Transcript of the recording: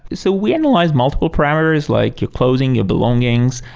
so we analyze multiple parameters, like your clothing, your belongings,